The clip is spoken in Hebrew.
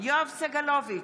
יואב סגלוביץ'